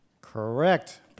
Correct